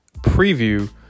preview